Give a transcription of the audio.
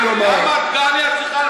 תענה לה, תענה לה.